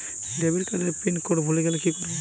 Debit card এর pin code ভুলে গেলে কি করব?